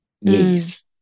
yes